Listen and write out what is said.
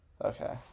Okay